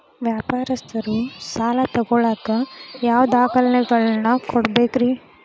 ವ್ಯಾಪಾರಸ್ಥರು ಸಾಲ ತಗೋಳಾಕ್ ಯಾವ ದಾಖಲೆಗಳನ್ನ ಕೊಡಬೇಕ್ರಿ?